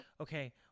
okay